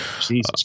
Jesus